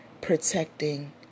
protecting